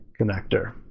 connector